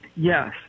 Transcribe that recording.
Yes